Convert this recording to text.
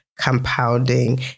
compounding